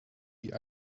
die